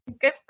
good